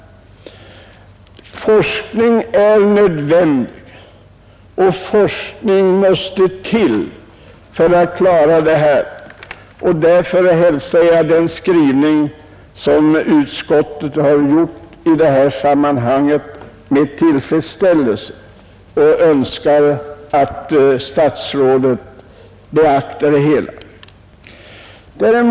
Forskning är nödvändig för att en förbättring skall kunna åstadkommas, och därför hälsar jag utskottets skrivning i det här sammanhanget med tillfredsställelse och önskar att statsrådet beaktar vad utskottet anfört.